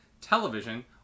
television